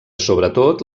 sobretot